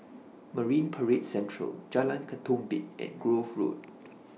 Marine Parade Central Jalan Ketumbit and Grove Road